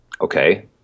okay